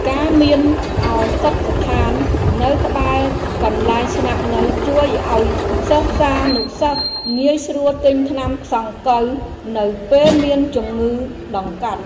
ការមានឱសថស្ថាននៅក្បែរកន្លែងស្នាក់នៅជួយឱ្យសិស្សានុសិស្សងាយស្រួលទិញថ្នាំសង្កូវនៅពេលមានជំងឺដង្កាត់។